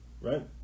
right